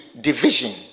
division